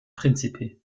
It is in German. príncipe